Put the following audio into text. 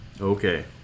Okay